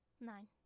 Nine